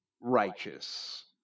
righteous